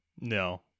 No